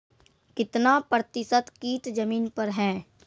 कितना प्रतिसत कीट जमीन पर हैं?